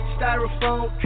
Styrofoam